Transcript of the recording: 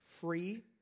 Free